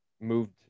moved